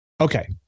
Okay